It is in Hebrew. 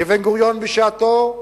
כבן-גוריון בשעתו,